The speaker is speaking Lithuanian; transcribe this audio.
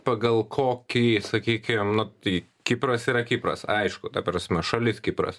pagal kokį sakykim nu tai kipras yra kipras aišku ta prasme šalis kipras